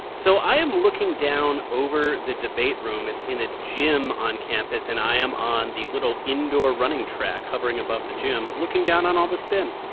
so i am looking down over the debate room. it's in a gym on campus. and i am on the little indoor running track hovering above the gym, looking down on all the spin